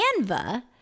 Canva